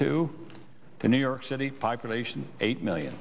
two to new york city five creation eight million